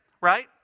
Right